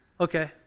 okay